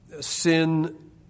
sin